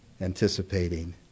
anticipating